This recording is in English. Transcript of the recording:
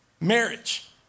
marriage